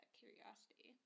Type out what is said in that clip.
curiosity